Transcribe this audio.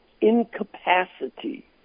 incapacity